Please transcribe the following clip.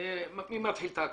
מי מתחיל את ההקראה?